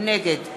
נגד